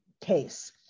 case